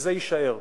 וזה יישאר.